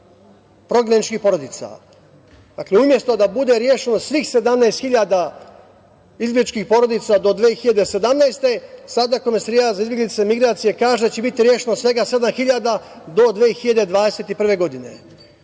prognanih porodica. Dakle, umesto da bude rešeno svih 17000 izbegličkih porodica do 2017. godine, sada Komesarijat za izbeglice i migracije kaže da će biti rešeno svega 7000 do 2021. godine.